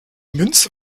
münze